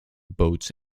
boats